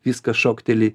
viskas šokteli